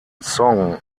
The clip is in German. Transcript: song